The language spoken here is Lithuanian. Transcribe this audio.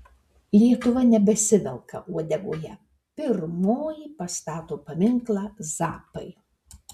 lietuva nebesivelka uodegoje pirmoji pastato paminklą zappai